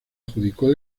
adjudicó